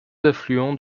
affluent